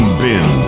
bin